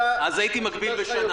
אז הייתי מגביל בשנה.